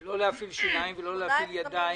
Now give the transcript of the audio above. לא להפעיל שיניים ולא להפעיל ידיים.